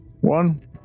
One